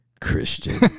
Christian